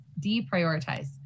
deprioritize